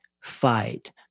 fight